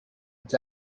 its